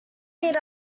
meet